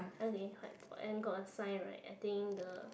now they had and got a sign right I think the